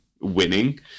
winning